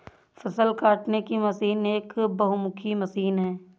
फ़सल काटने की मशीन एक बहुमुखी मशीन है